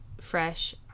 fresh